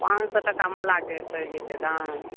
पॉँच सए टका मालाके पड़ि जेतै दाम